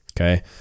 Okay